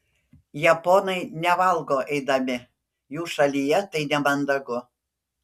japonai nevalgo eidami jų šalyje tai nemandagu